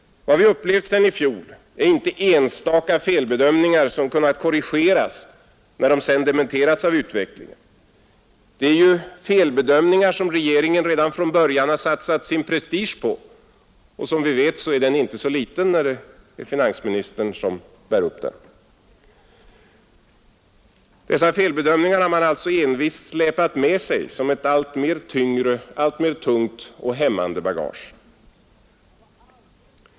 Vad vi upplevt sedan i fjol är inte enstaka felbedömningar som kunnat korrigeras när de sedan dementerats av utvecklingen. Det är ju felbedömningar som regeringen redan från början har satsat sin prestige på, och som vi vet är den inte så liten när det är finansministern som bär upp den. Dessa felbedömningar har man alltså envist släpat med sig som ett alltmer tungt och hämmande bagage.